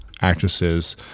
actresses